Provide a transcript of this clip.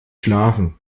schlafen